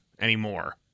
anymore